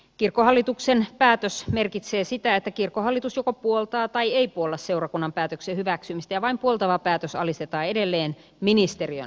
kirkkohallituksen päätös merkitsee sitä että kirkkohallitus joko puoltaa tai ei puolla seurakunnan päätöksen hyväksymistä ja vain puoltava päätös alistetaan edelleen ministeriön vahvistettavaksi